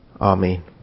Amen